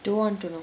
don't want to know